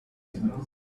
dunes